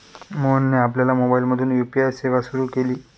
मोहनने आपल्या मोबाइलमधून यू.पी.आय सेवा सुरू केली